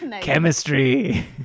chemistry